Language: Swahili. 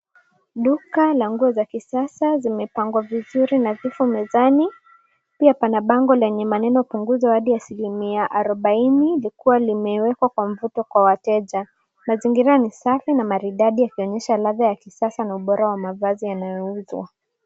Duka la nguo za kisasa zimepangwa vizuri na zipo mezani. Pia pana bango lenye maneno punguzo hadi asilimia arobaini likiwa limewekwa kwa mvuto kwa wateja. Mazingira ni safi na maridadi yakionyesha ladha ya kisasa na ubora ya mavazi yanayouzwa.